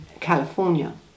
California